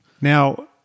Now